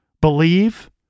believe